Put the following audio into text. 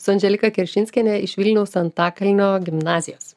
su andželika keršinskiene iš vilniaus antakalnio gimnazijos